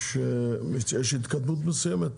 יש התקדמות מסוימת?